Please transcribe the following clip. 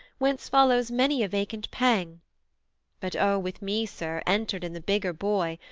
whence follows many a vacant pang but o with me, sir, entered in the bigger boy,